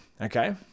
okay